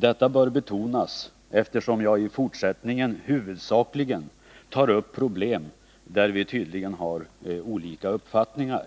Detta bör betonas, eftersom jag i fortsättningen huvudsakligen tar upp problem där vi tydligen har olika uppfattningar.